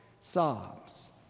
sobs